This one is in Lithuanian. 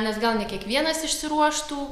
nes gal ne kiekvienas išsiruoštų